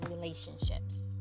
relationships